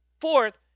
Fourth